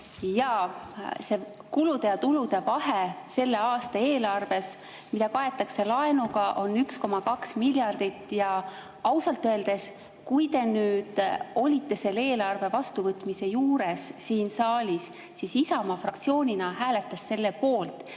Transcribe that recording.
see kulude ja tulude vahe selle aasta eelarves, mida kaetakse laenuga, on 1,2 miljardit. Ja ausalt öeldes, kui te olite selle eelarve vastuvõtmise juures siin saalis, siis [teate, et] Isamaa hääletas fraktsioonina